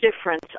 difference